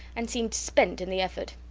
and seemed spent in the effort.